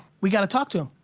we got to talk to him.